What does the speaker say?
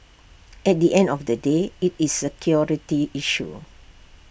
at the end of the day IT is A security issue